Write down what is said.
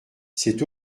c’est